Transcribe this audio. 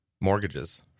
mortgages